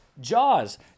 Jaws